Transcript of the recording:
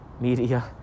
media